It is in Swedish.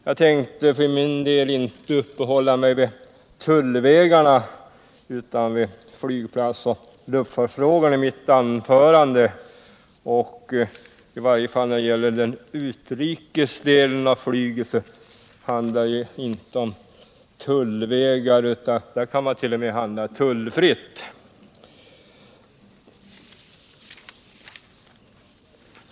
Jag tänkte för min del inte uppehålla mig vid tullvägarna utan vid flygplats och luftfartsfrågorna i mitt anförande — och i varje fall när det gäller den utrikes delen av flyget handlar det inte om tull, utan där kan man t.o.m. handla tullfritt.